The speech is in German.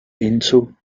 hinzu